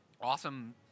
awesome